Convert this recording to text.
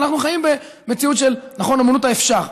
אנחנו חיים במציאות של אומנות האפשר.